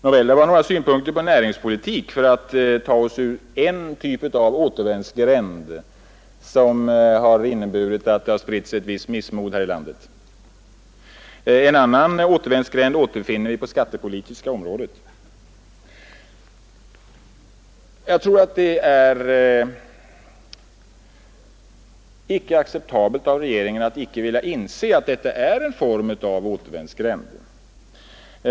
Nåväl, det var några synpunkter på hur vi genom näringspolitiken kan ta oss ut ur en typ av återvändsgränd som inneburit att det spritts ett missmod här i landet. En annan återvändsgränd återfinner vi på det skattepolitiska området. Jag tror inte att det är acceptabelt av regeringen att icke vilja inse att också detta är en form av återvändsgränd.